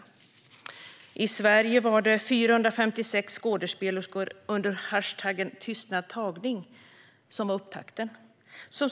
Upptakten i Sverige var när 456 skådespelerskor gick ut med sina berättelser under hashtaggen #tystnadtagning.